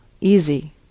easy